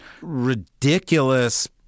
ridiculous